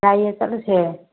ꯌꯥꯏꯌꯦ ꯆꯠꯂꯨꯁꯦ